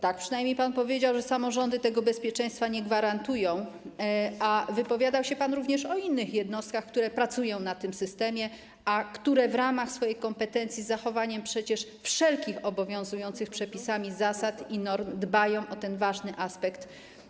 Tak przynajmniej pan powiedział, że samorządy tego bezpieczeństwa nie gwarantują, a wypowiadał się pan również o innych jednostkach, które pracują na tym systemie, a które w ramach swojej kompetencji, z zachowaniem przecież wszelkich obowiązujących przepisami zasad i norm, dbają o ten ważny aspekt.